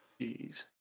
Jeez